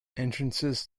entrances